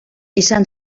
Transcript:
izan